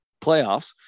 playoffs